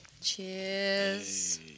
Cheers